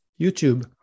youtube